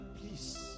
Please